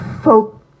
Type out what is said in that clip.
folk